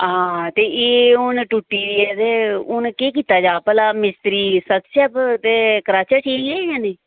हां ते एह् हून टुट्टी ऐ ते हून केह् कीता जा भला मिस्त्री सद्दचै ते कराचै ठीक जां नेईं